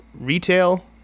retail